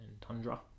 tundra